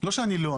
לא שאני לא.